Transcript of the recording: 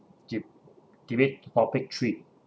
deb~ debate topic three